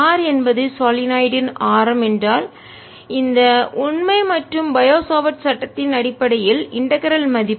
R என்பது சாலினாயிட்ய்டின் ஆரம் என்றால் இந்த உண்மை மற்றும் பயோ சாவர்ட் சட்டத்தின் அடிப்படையில் இன்டகரல் மதிப்பு